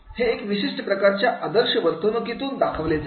हे एका विशिष्ट प्रकारच्या आदर्श वर्तणुकीतून दाखवले जावे